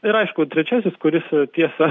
ir aišku trečiasis kuris tiesa